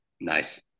Nice